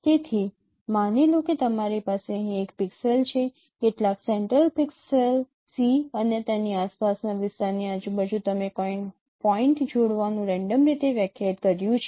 તેથી માની લો કે તમારી પાસે અહીં એક પિક્સેલ છે કેટલાક સેન્ટ્રલ પિક્સેલ 'c' અને તેની આસપાસના વિસ્તારની આજુબાજુ તમે કોઈ પોઈન્ટ જોડવાનું રેન્ડમ રીતે વ્યાખ્યાયિત કર્યું છે